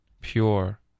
pure